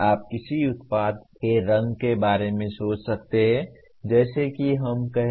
आप किसी उत्पाद के रंग के बारे में सोच सकते हैं जैसे कि हम कहें